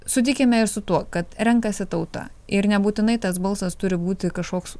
sutikime ir su tuo kad renkasi tauta ir nebūtinai tas balsas turi būti kažkoks